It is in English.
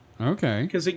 Okay